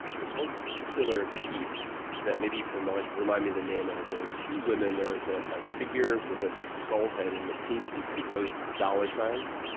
there was one particular piece that maybe you can remind remind me the name of. there were two women. there was ah a figure with a skull head and it seemed to be composed of dollar signs?